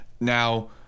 Now